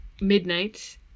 midnight